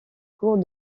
cours